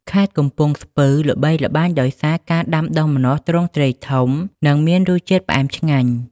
ខេត្តកំពង់ស្ពឺ ល្បីល្បាញដោយសារការដាំដុះម្នាស់ទ្រង់ទ្រាយធំ និងមានរសជាតិផ្អែមឆ្ងាញ់។